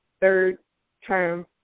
third-term